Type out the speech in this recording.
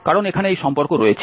কারণ এখানে এই সম্পর্ক রয়েছে